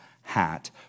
hat